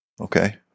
Okay